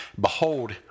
Behold